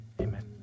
amen